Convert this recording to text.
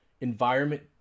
environment